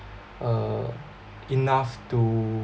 uh enough to